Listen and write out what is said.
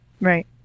Right